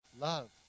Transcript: Love